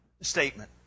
statement